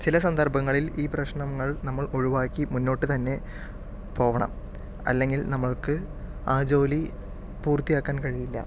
ചില സന്ദർഭങ്ങളിൽ ഈ പ്രശ്നങ്ങൾ നമ്മൾ ഒഴിവാക്കി മുന്നോട്ട് തന്നെ പോവണം അല്ലെങ്കിൽ നമ്മൾക്ക് ആ ജോലി പൂർത്തിയാക്കാൻ കഴിയില്ല